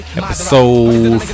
episode